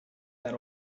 that